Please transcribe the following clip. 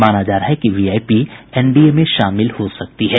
माना जा रहा है कि वीआईपी एनडीए में शामिल हो सकती है